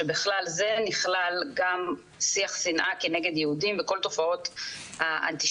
שבכלל זה נכלל גם שיח שנאה כנגד יהודים וכל תופעות האנטישמיות.